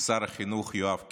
שר החינוך יואב קיש.